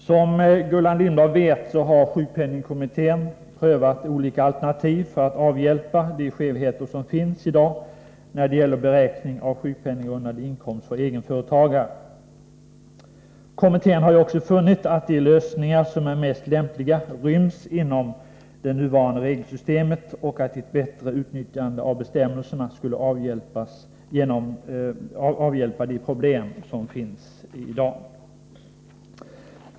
Som Gullan Lindblad vet har sjukpenningkommittén prövat olika alternativ för att avhjälpa de skevheter som finns i dag när det gäller beräkning av sjukpenninggrundande inkomst för egenföretagare. Kommittén har också funnit att de lösningar som är mest lämpliga ryms inom det nuvarande regelsystemet och att ett bättre utnyttjande av bestämmelserna skulle avhjälpa de problem som finns i dag.